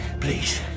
please